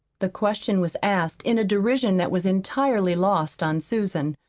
the question was asked in a derision that was entirely lost on susan.